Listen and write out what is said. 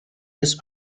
des